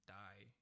die